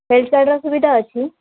health କାର୍ଡ଼ର ସୁବିଧା ଅଛି